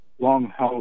Longhouse